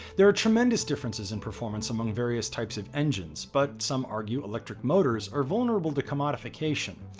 there are tremendous differences in performance among various types of engines. but some argue electric motors are vulnerable to commodification.